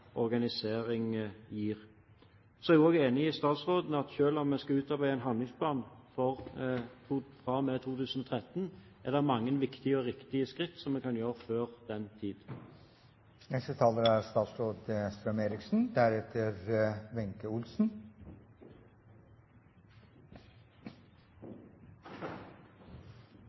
organisering gir. Så er jeg også enig med statsråden i at selv om det skal utarbeides en handlingsplan fra og med 2013, er det mange viktige og riktige skritt en kan gjøre før den tid.